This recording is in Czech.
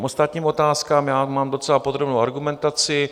K ostatním otázkám mám docela podrobnou argumentaci.